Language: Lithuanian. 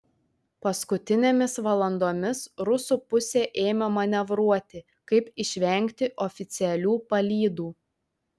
paskutinėmis valandomis rusų pusė ėmė manevruoti kaip išvengti oficialių palydų